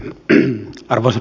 hyppy armas